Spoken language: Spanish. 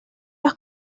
las